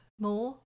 more